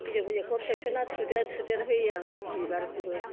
बिजौ बिजौखौ खेबस'नानै थुदेर थुदेर हायो आंङो बिबारखौबो